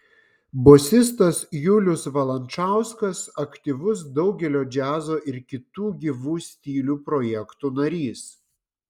bosistas julius valančauskas aktyvus daugelio džiazo ir kitų gyvų stilių projektų narys